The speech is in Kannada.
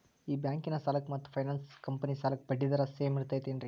ಈ ಬ್ಯಾಂಕಿನ ಸಾಲಕ್ಕ ಮತ್ತ ಫೈನಾನ್ಸ್ ಕಂಪನಿ ಸಾಲಕ್ಕ ಬಡ್ಡಿ ದರ ಸೇಮ್ ಐತೇನ್ರೇ?